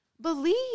believe